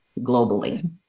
globally